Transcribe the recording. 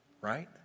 right